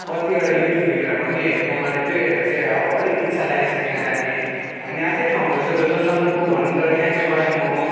कत्तिवडा YouTube भिडियोहरूमा पनि हेरेको मलाई त्यो हेरेर चाहिँ अब अलिक इच्छा लागेको छ त्यहाँ जाने अनि अझै ठाउँहरू छ जस्तो सन्दकपू भनौँ तर त्यहाँ चाहिँ गएँ म